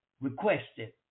requested